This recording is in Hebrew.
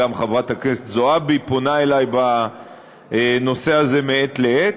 גם חברת הכנסת זועבי פונה אלי בנושא הזה מעת לעת.